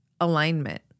alignment